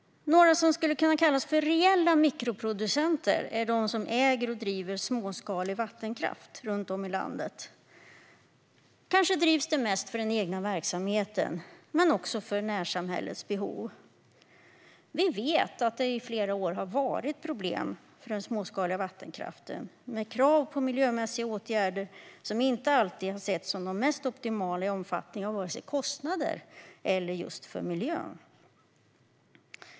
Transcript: Några som skulle kunna kallas för reella mikroproducenter är de som äger och driver småskalig vattenkraft runt om i landet. Kanske drivs den mest för den egna verksamheten men också för närsamhällets behov. Vi vet att det i flera år har varit problem för den småskaliga vattenkraften. Det har ställts krav på miljömässiga åtgärder som inte alltid har setts som de mest optimala i omfattning av vare sig kostnader eller just för miljön.